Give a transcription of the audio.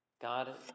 God